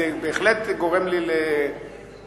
זה בהחלט גורם לי שמחה.